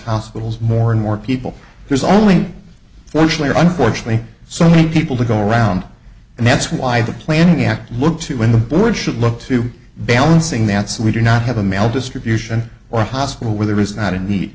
hospitals more and more people there's only fortunately or unfortunately so many people to go around and that's why the planning act look to when the board should look to balancing that so we do not have a maldistribution or a hospital where there is not a neat